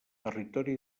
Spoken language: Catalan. territori